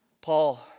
Paul